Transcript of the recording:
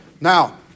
Now